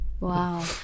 Wow